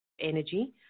energy